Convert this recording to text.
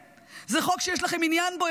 זה חוק שיש לכם עניין בו?